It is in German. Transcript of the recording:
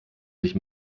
sich